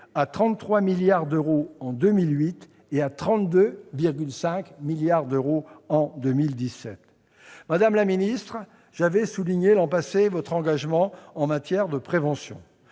à 33 milliards d'euros en 2008 et à 32,5 milliards d'euros en 2017. Madame la ministre, j'avais souligné l'an passé votre engagement en matière de prévention.